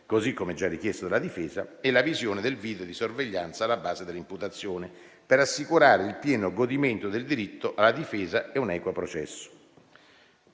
così come già richiesto dalla difesa - e la visione del video di sorveglianza alla base dell'imputazione, per assicurare il pieno godimento del diritto alla difesa e un equo processo.